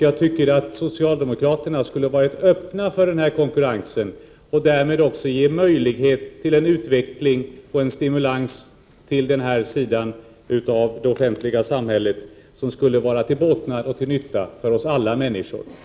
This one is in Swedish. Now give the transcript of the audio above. Jag tycker att socialdemokraterna skall vara öppna för den här konkurrensen och därmed också ge möjlighet till utveckling och stimulans för den här sidan av det offentliga samhället som skulle vara till båtnad och nytta för alla människor i Sverige.